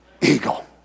Eagle